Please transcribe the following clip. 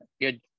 good